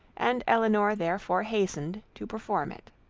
and elinor therefore hastened to perform it.